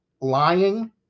lying